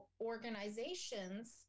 organizations